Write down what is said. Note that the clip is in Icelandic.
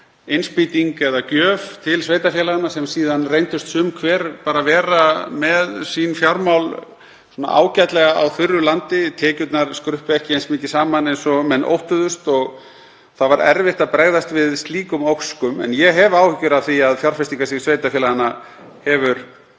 innspýting eða gjöf til þeirra sem síðan reyndust sum hver bara vera með sín fjármál ágætlega á þurru landi. Tekjurnar skruppu ekki eins mikið saman og menn óttuðust og erfitt var að bregðast við slíkum óskum. En ég hef áhyggjur af því að fjárfestingarstig sveitarfélaganna hefur